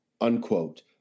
unquote